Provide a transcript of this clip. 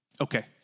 Okay